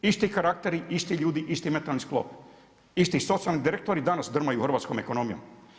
Isti karakteri, isti ljudi, isti mentalni sklop, isti socijalni direktori danas drmaju hrvatskom ekonomijom.